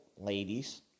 ladies